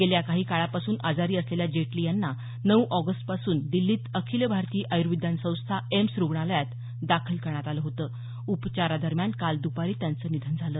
गेल्या काही काळापासून आजारी असलेल्या जेटली यांना नऊ ऑगस्टपासून दिल्लीत अखिल भारतीय आयुर्विज्ञान संस्था एम्स रुग्णालयात दाखल करण्यात आलं होतं उपचारादरम्यान काल दुपारी त्यांचं निधन झालं